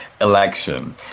election